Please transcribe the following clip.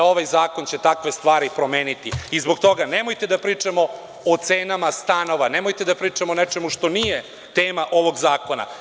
Ovaj zakon će takve stvari promeniti i zbog toga, nemojte da pričamo o cenama stanova, nemojte da pričamo o nečemu što nije tema ovog zakona.